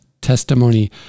testimony